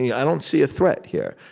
yeah i don't see a threat here.